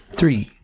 Three